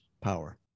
power